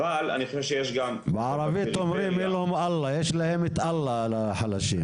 בערבית אומרים לחלשים